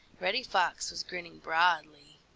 reddy fox was grinning broadly.